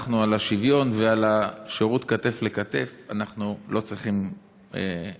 אנחנו על השוויון ועל השירות כתף אל כתף לא צריכים לדבר,